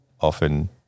often